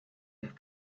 have